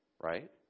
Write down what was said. Right